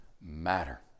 matter